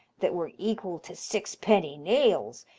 that were equal to sixpenny nails,